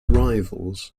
rivals